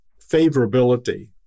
favorability